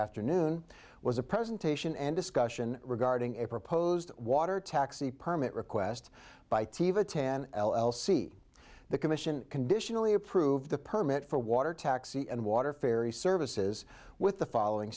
afternoon was a presentation and discussion regarding a proposed water taxi permit request by tiva ten l l c the commission conditionally approved the permit for water taxi and water ferry services with the following